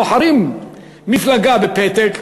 בוחרים מפלגה בפתק.